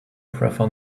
prefer